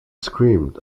screamed